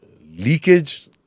leakage